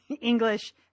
English